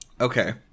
Okay